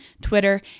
Twitter